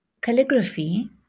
calligraphy